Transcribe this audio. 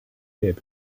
列表